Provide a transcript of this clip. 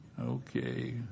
Okay